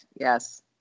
Yes